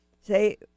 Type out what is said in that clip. say